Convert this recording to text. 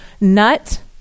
nut